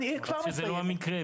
רק שזה לא המקרה.